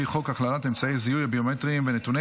לפי חוק הכללת אמצעי זיהוי ביומטריים ונתוני